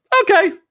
okay